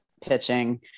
pitching